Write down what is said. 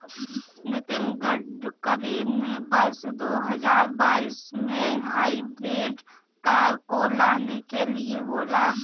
नितिन गडकरी ने वर्ष दो हजार बाईस में हाइब्रिड कार को लाने के लिए बोला